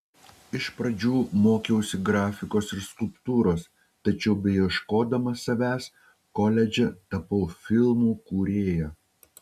iš pradžių mokiausi grafikos ir skulptūros tačiau beieškodama savęs koledže tapau filmų kūrėja